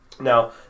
Now